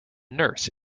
nurse